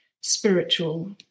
spiritual